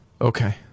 Okay